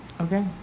Okay